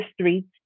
streets